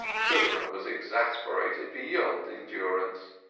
sugarman was exasperated beyond endurance.